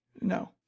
No